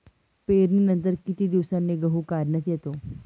पेरणीनंतर किती दिवसांनी गहू काढण्यात येतो?